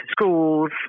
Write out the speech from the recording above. schools –